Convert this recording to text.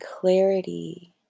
clarity